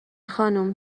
خانم